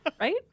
Right